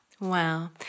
Wow